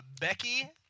Becky